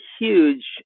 huge